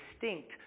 distinct